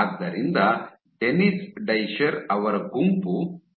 ಆದ್ದರಿಂದ Dennis Discher ಅವರ ಗುಂಪು